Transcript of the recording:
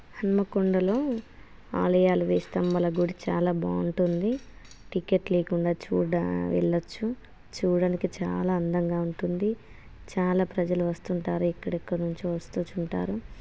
హనుమకొండలో ఆలయాలు వెయ్యి స్తంభాల గుడి చాలా బాగుంటుంది టికెట్ లేకుండా చూడ వెళ్ళచ్చు చూడానికి చాలా అందంగా ఉంటుంది చాలా ప్రజలు వస్తుంటారు ఎక్కడెక్కడినుంచో వస్తూ ఉంటారు